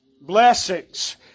Blessings